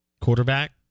Quarterback